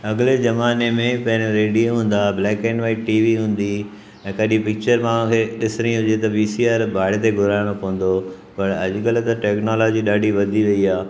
अॻिले ज़माने में पहिरियों रेडियो हूंदा आहे black and white T V हूंदी ई ऐं कॾी पिकिचरूं मूंखे ॾिसणी हुजे त वी सी आर भाड़े ते घुराइणो पवंदो हो पर अॼुकल्ह त टैक्नोलॉजी ॾाढी वधी वई आहे